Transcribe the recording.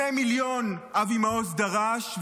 2 מיליון אבי מעוז דרש,